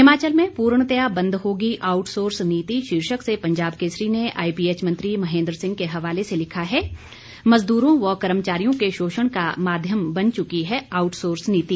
हिमाचल में पूर्णतया बंद होगी आऊटसोर्स नीति शीर्षक से पंजाब केसरी ने आईपीएच मंत्री महेंद्र सिंह के हवाले से लिखा है मजद्रों व कर्मचारियों के शोषण का माध्यम बन चुकी है आऊट सोर्स नीति